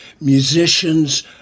musicians